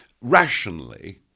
rationally